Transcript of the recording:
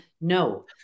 No